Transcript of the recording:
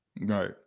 Right